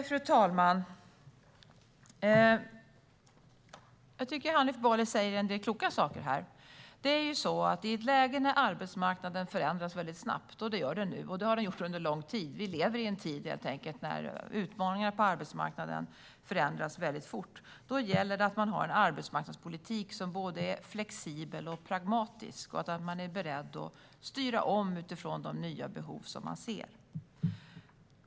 Fru talman! Jag tycker att Hanif Bali säger en del kloka saker här. I ett läge när arbetsmarknaden förändras väldigt snabbt - det gör den nu, och det har den gjort under lång tid, helt enkelt eftersom vi lever i en tid när utmaningarna på arbetsmarknaden förändras väldigt fort - gäller det att man har en arbetsmarknadspolitik som är både flexibel och pragmatisk och att man är beredd att styra om utifrån de nya behov som man ser.